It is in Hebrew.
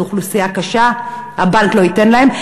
זו אוכלוסייה קשה, הבנק לא ייתן להם.